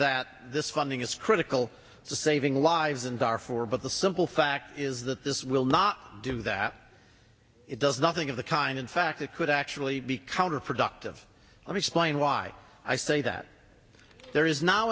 that this funding is critical so saving lives in darfur but the simple fact is that this will not do that it does nothing of the kind in fact it could actually be counterproductive let me explain why i say that there is now